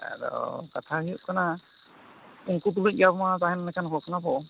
ᱟᱫᱚ ᱠᱟᱛᱷᱟ ᱦᱩᱭᱩᱜ ᱠᱟᱱᱟ ᱩᱱᱠᱩ ᱛᱩᱞᱩᱡ ᱜᱮ ᱟᱵᱚ ᱢᱟ ᱛᱟᱦᱮᱱ ᱞᱮᱠᱟᱱ ᱦᱚᱲ ᱠᱟᱱᱟ ᱵᱚᱱ